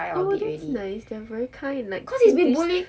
oh that's nice they're very kind in like 心地